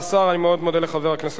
אני מאוד מודה לחבר הכנסת חסון.